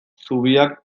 zubiak